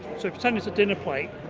so pretend there's a dinner plate